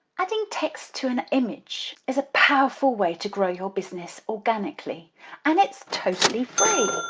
adding text to an image is a powerful way to grow your business organically and it's totally free!